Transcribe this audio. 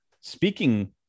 Speaking